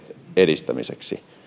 edistämiseksi